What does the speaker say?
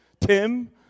Tim